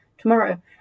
Tomorrow